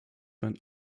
when